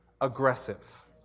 aggressive